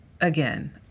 again